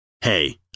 hey